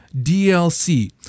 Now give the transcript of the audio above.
dlc